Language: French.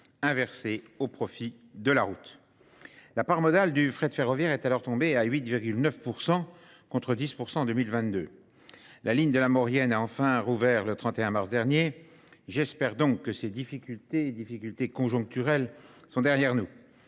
inversé au profit de la route. La part modale du frais de ferroviaire est alors tombée à 8,9% contre 10% en 2022. La ligne de la Morienne a enfin rouvert le 31 mars dernier. J'espère donc que ces difficultés et difficultés conjoncturelles sont derrière nous.